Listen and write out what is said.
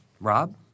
Rob